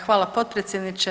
Hvala potpredsjedniče.